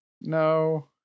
No